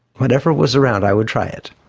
whatever was around, i would try it.